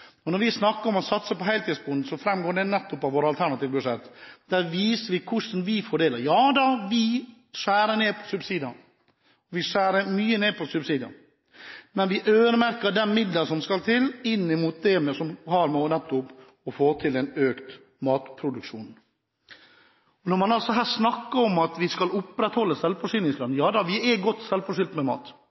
Når vi snakker om å satse på heltidsbonden, framgår det av våre alternative budsjetter. Der viser vi hvordan vi fordeler. Ja da, vi skjærer ned på subsidiene. Vi skjærer mye ned på subsidiene, men vi øremerker de midlene som skal til, inn mot det som har å gjøre med å få til økt matproduksjon. Når man snakker om at vi skal opprettholde selvforsyningsgraden: Ja da, vi er godt selvforsynt med mat.